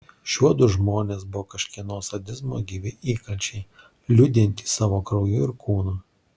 šiuodu žmonės buvo kažkieno sadizmo gyvi įkalčiai liudijantys savo krauju ir kūnu